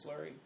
slurry